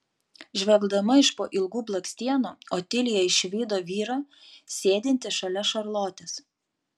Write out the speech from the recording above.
žvelgdama iš po ilgų blakstienų otilija išvydo vyrą sėdintį šalia šarlotės